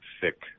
thick